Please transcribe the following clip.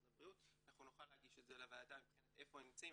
אנחנו נוכל להגיש את זה לוועדה מבחינת איפה הם נמצאים,